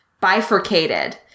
bifurcated